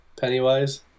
Pennywise